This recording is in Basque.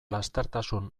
lastertasun